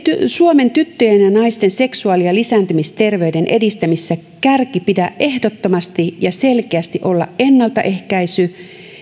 suomen tyttöjen ja naisten seksuaali ja lisääntymisterveyden edistämisessä kärjen pidä ehdottomasti ja selkeästi olla ennaltaehkäisy